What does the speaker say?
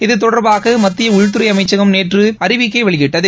இது தொடர்பாக மத்திய உள்துறை அமைச்சகம் நேற்று அறிவிக்கை வெளியிட்டது